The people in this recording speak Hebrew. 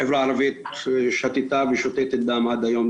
החברה הערבית שתתה ושותתת דם עד היום.